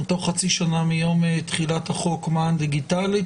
תוך חצי שנה מיום תחילת החוק מען דיגיטלי,